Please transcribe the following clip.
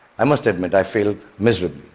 i must admit i failed miserably.